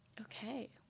Okay